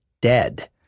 dead